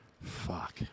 Fuck